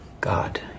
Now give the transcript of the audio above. God